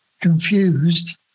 confused